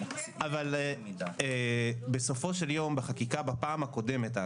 אבל בסופו של יום בחקיקה בפעם הקודמת,